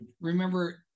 remember